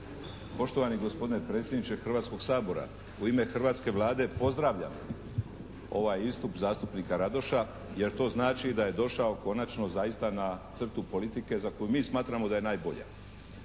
Poštovani gospodine predsjedniče Hrvatskoga sabora. U ime hrvatske Vlade pozdravljam ovaj istup zastupnika Radoša jer to znači da je došao konačno zaista na crtu politike za koju mi smatramo da je najbolja.